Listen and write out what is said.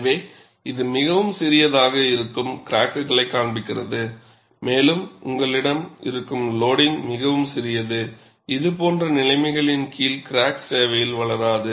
எனவே இது மிகவும் சிறியதாக இருக்கும் கிராக்குளைக் காண்பிக்கிறது மேலும் உங்களிடம் இருக்கும் லோடிங்க் மிகவும் சிறியது இதுபோன்ற நிலைமைகளின் கீழ் கிராக் சேவையில் வளராது